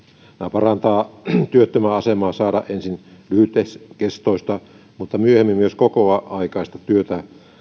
parantaa työttömän asemaa saada ensin lyhytkestoista mutta myöhemmin myös kokoaikaista työtä